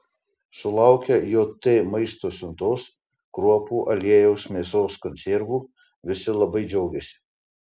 sulaukę jt maisto siuntos kruopų aliejaus mėsos konservų visi labai džiaugiasi